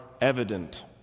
evident